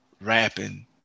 rapping